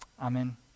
Amen